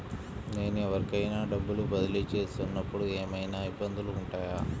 నేను ఎవరికైనా డబ్బులు బదిలీ చేస్తునపుడు ఏమయినా ఇబ్బందులు వుంటాయా?